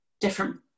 different